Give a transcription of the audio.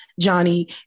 Johnny